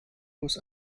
bus